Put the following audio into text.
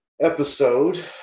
Episode